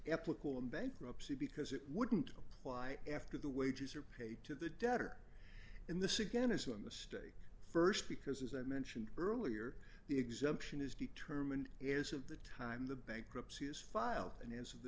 applicable in bankruptcy because it wouldn't apply after the wages are paid to the debtor in the nd is when the state st because as i mentioned earlier the exemption is determined as of the time the bankruptcy is filed and as of the